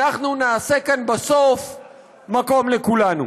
אנחנו נעשה כאן בסוף מקום לכולנו.